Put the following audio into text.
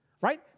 right